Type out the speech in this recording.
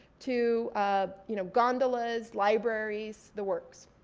to ah you know gondolas, libraries the works.